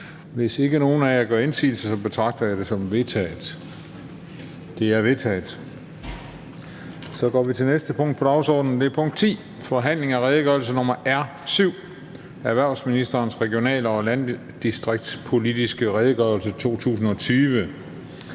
Hvis ikke nogen af jer gør indsigelse, betragter jeg det som vedtaget. Det er vedtaget. --- Det næste punkt på dagsordenen er: 10) Forhandling om redegørelse nr. R 7: Erhvervsministerens regional- og landdistriktspolitiske redegørelse 2020.